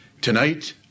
Tonight